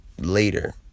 later